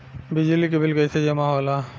बिजली के बिल कैसे जमा होला?